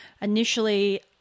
Initially